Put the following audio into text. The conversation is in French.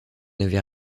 n’avez